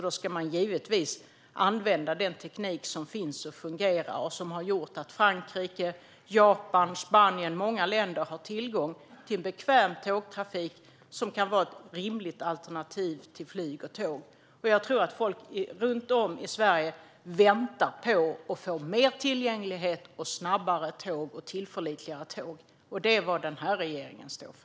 Då ska man givetvis använda den teknik som finns och fungerar och som har gjort att Frankrike, Japan, Spanien och många andra länder har tillgång till bekväm tågtrafik som kan vara ett rimligt alternativ till flyg och bil. Jag tror att folk runt om i Sverige väntar på att få mer tillgänglighet och snabbare och tillförlitligare tåg. Det är vad den här regeringen står för.